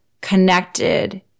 connected